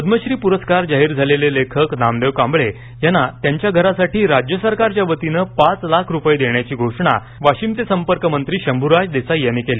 पद्यशी प्रस्कार जाहीर झालेले लेखक नामदेव कांबळे यांना त्यांच्या घरासाठी राज्य सरकारच्या कतीनं पाच लाख रुपये देण्याची घोषणा वाशिमचे पालकमंत्री शंभूराज देसाई यांनी केली